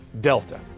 Delta